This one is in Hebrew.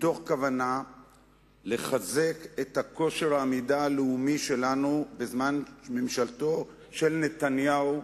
מתוך כוונה לחזק את כושר העמידה הלאומי שלנו בזמן ממשלתו של נתניהו,